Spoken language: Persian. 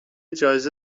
جایزه